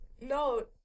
No